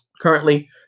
Currently